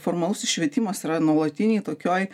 formalusis švietimas yra nuolatinėj tokioj